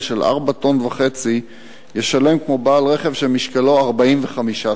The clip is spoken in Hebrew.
של 4.5 טונות ישלם כמו בעל רכב שמשקלו 45 טונות?